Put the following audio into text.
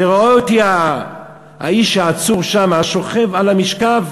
רואה אותי העצור שם, ששוכב על המשכב